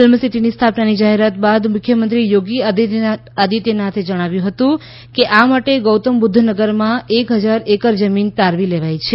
film સીટીની સ્થાપનાની જાહેરાત બાદ મુખ્યમંત્રી થોગી આદિત્યનાથે જણાવ્યું કે આ માટે ગૌતમબુધ્ધનગરમાં એક હજાર એકર જમીન તારવી લેવાઇ છે